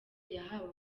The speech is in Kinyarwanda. yahawe